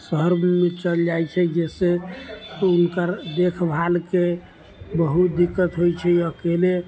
शहरमे चल जाइ छै जैसे हुनकर देख भालके बहुत दिक्कत होइ छै अकेले